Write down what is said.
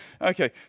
Okay